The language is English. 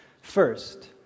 First